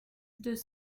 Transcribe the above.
deux